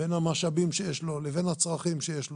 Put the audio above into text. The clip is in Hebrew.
בין המשאבים שיש לו לבין הצרכים שיש לו,